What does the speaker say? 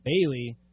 Bailey